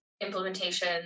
implementation